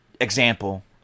example